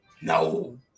No